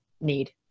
need